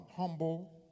humble